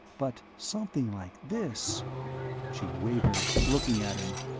but something like this she wavered, looking at him.